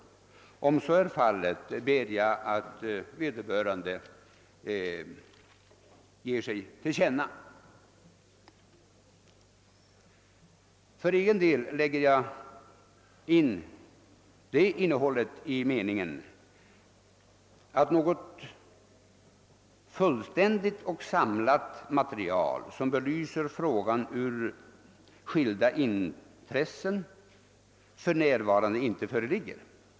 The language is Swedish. Om så är fallet ber jag att vederbörande ger sig till känna. För egen del lägger jag in den innebörden i meningen att något fullständigt och samlat material, som belyser frågan ur skilda synpunkter, för närvarande inte föreligger.